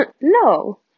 no